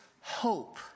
hope